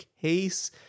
case